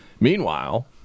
meanwhile